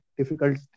difficult